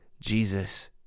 Jesus